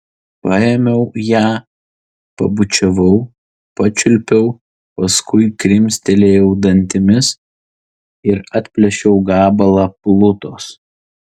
paėmiau ją pabučiavau pačiulpiau paskui krimstelėjau dantimis ir atplėšiau gabalą plutos